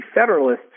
Federalists